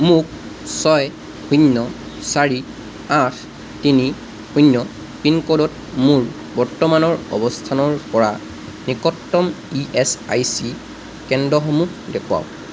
মোক ছয় শূন্য চাৰি আঠ তিনি শূন্য পিন ক'ডত মোৰ বৰ্তমানৰ অৱস্থানৰ পৰা নিকটতম ই এছ আই চি কেন্দ্ৰসমূহ দেখুৱাওক